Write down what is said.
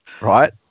right